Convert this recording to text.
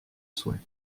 souhait